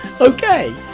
Okay